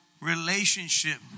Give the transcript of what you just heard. relationship